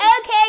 okay